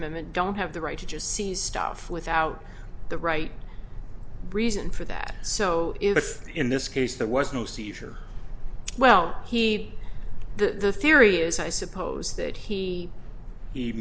amendment don't have the right to just see stuff without the right reason for that so if in this case there was no seizure well he the theory is i suppose that he he